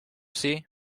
see